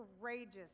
courageous